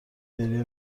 گریه